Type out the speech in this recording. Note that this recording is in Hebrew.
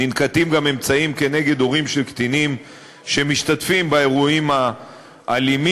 ננקטים גם אמצעים כנגד הורים של קטינים שמשתתפים באירועים האלימים,